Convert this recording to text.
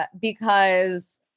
because-